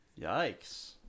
Yikes